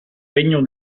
regno